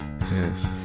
Yes